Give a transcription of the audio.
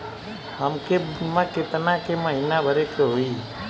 हमके बीमा केतना के महीना भरे के होई?